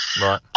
Right